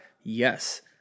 Yes